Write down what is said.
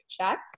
check